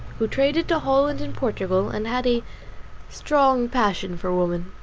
who traded to holland and portugal, and had a strong passion for women.